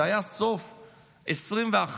זה היה סוף 2021,